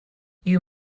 you